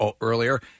earlier